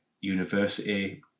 university